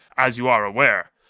as you are aware.